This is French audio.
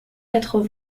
quatre